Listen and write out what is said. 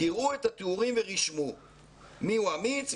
"קראו את התיאורים ורשמו מי הוא אמיץ,